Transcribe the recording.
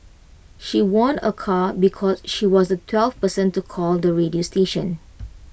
she won A car because she was the twelfth person to call the radio station